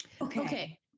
Okay